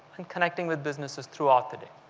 and connecting with businesses throughout the day.